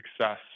success